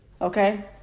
Okay